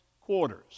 quarters